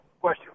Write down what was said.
question